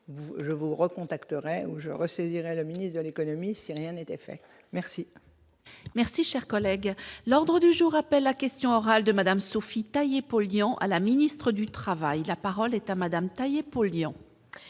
je vous recontacterai où je saisirai le ministre de l'économie, c'est rien n'était fait, merci. Merci, cher collègue, l'ordre du jour appelle à question orales de Madame Sophie taillé pour Lyon à la ministre du Travail, la parole est à madame taillé pour